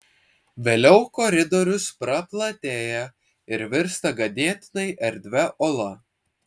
vėliau koridorius praplatėja ir virsta ganėtinai erdvia ola